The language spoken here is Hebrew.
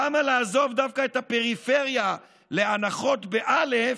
למה לעזוב דווקא את הפריפריה לאנחות, באל"ף,